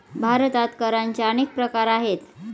भारतात करांचे अनेक प्रकार आहेत